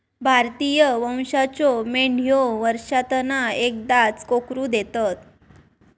भारतीय वंशाच्यो मेंढयो वर्षांतना एकदाच कोकरू देतत